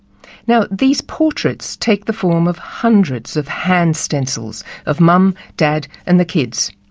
now, these portraits take the form of hundreds of hand stencils of mum, dad and the kids.